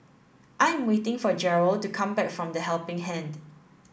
I am waiting for Jerrell to come back from The Helping Hand